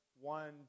one